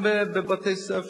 וגם בבתי-ספר.